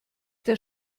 der